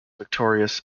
victorious